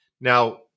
Now